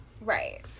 right